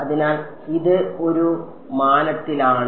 അതിനാൽ ഇത് ഒരു മാനത്തിലാണ്